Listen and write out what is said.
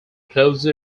closely